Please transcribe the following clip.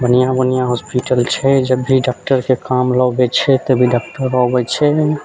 बन्हिआँ बन्हिआँ हॉस्पिटल छै जब भी डॉक्टरके काम लगै छै तब भी डॉक्टर अबै छै